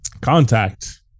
contact